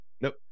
Nope